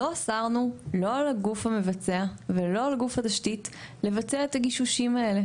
לא אסרנו לא על הגוף המבצע ולא על גופי התשתית לבצע את הגישושים האלה,